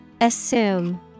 Assume